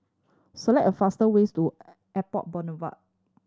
select a faster ways to Airport Boulevard